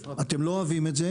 אתם לא אוהבים את זה,